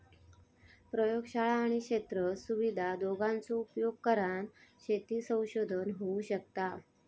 प्रयोगशाळा आणि क्षेत्र सुविधा दोघांचो उपयोग करान शेती संशोधन होऊ शकता